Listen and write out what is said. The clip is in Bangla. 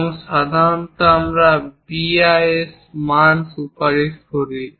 এবং সাধারণত আমরা BIS মান সুপারিশ করি